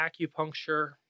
acupuncture